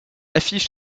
affiche